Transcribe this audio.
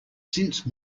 since